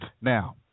Now